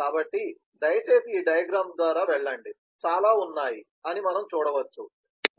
కాబట్టి దయచేసి ఈ డయాగ్రమ్ ద్వారా వెళ్ళండి చాలా ఉన్నాయి అని మనం చూడవచ్చు